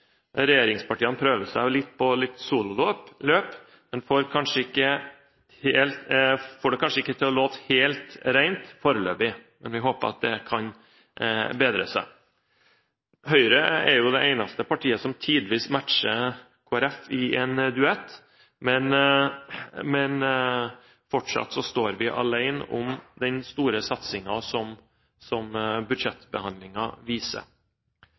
Regjeringspartiene prøver seg litt på en solo, men får det kanskje ikke til å låte helt rent foreløpig. Men vi håper at det kan bedre seg. Høyre er det eneste partiet som tidvis matcher Kristelig Folkeparti i en duett, men fortsatt står vi alene om den store satsingen som budsjettbehandlingen viser.